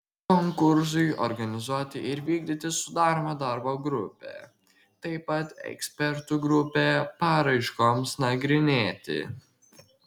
konkursui organizuoti ir vykdyti sudaroma darbo grupė taip pat ekspertų grupė paraiškoms nagrinėti